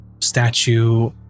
statue